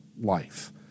life